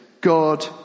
god